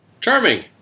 Charming